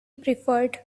preferred